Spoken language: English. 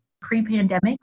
Pre-pandemic